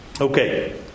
Okay